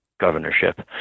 governorship